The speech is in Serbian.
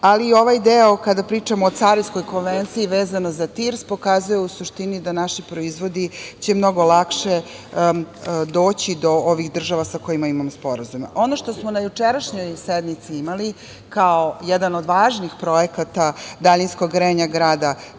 ali ovaj deo kada pričamo o Carinskoj konvenciji, kada pričamo vezano za TIR, pokazuje u suštini da će naši proizvodi mnogo lakše doći do ovih država sa kojima imamo sporazum. Ono što smo na jučerašnjoj sednici imali, kao jedan od važnih projekata daljinskog grejanja grada